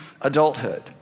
adulthood